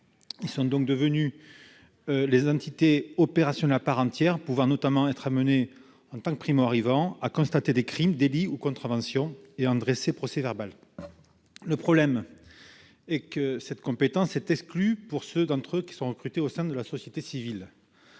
Ils sont alors des entités opérationnelles à part entière et peuvent notamment être amenés, en tant que primo-arrivants, à constater des crimes, délits ou contraventions et à en dresser procès-verbal. Le problème vient du fait que cette compétence est exclue pour ceux d'entre eux qui sont recrutés au sein de la société civile.